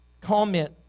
comment